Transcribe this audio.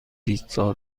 پیتزا